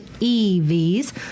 EVs